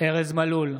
ארז מלול,